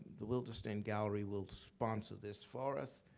the wildenstein gallery will sponsor this for us.